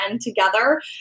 together